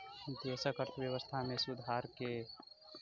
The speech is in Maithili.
देशक अर्थव्यवस्था में सुधार कर सॅ आइब सकै छै